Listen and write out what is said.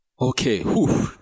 Okay